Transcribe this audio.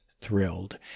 thrilled